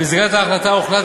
במסגרת ההחלטה הוחלט,